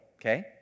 okay